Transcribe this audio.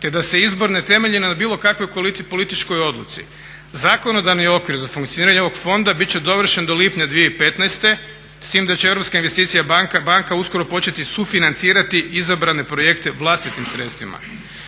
te da se izbor ne temelji na bilo kakvoj političkoj odluci. Zakonodavni okvir za funkcioniranje ovog fonda biti će dovršen do lipnja 2015. s time da će Europska investicijska banka, banka uskoro početi sufinancirati izabrane projekte vlastitim sredstvima.